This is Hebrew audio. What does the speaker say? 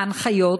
בהנחיות